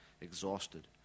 exhausted